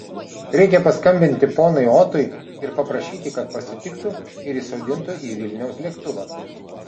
reikia paskambinti ponui otui ir paprašyti kad pasitiktų ir įsodintų į vilniaus lėktuvą